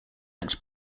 act